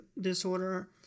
disorder